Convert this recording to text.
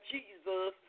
Jesus